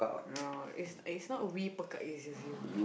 no is is not we pekat it's just you